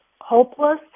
hopeless